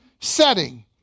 setting